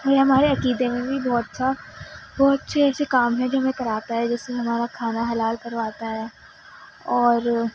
اور یہ ہمارے عقیدے میں بھی بہت سا بہت سے ایسے کام ہیں جو ہمیں کراتا ہے جیسے ہمارا کھانا حلال کرواتا ہے اور